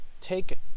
take